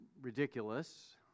ridiculous